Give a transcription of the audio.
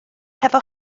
hefo